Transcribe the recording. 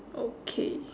okay